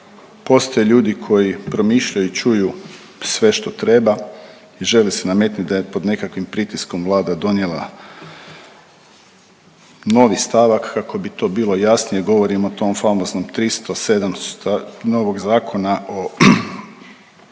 postoje ljudi koji promišljaju i čuju sve što treba i želi se nametnuti da je pod nekakvim pritiskom Vlada donijela novi stavak kako bi to bilo jasnije. Govorim o tom famoznom 307. sta… novog zakona o,